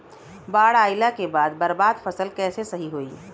बाढ़ आइला के बाद बर्बाद फसल कैसे सही होयी?